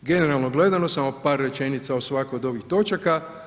Generalno gledano samo par rečenica o svakoj od ovih točaka.